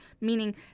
meaning